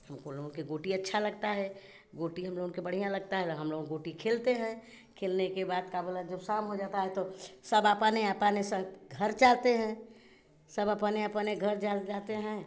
हमको लोगों के गोटी अच्छा लगता है गोटी हम लोग के बढ़िया लगता है तो हम लोग गोटी खेलते हैं खेलने के बाद का बोला जब साम हो जाता है तो सब अपने अपने सब घर चालते हैं सब अपने अपने घर जल जाते हैं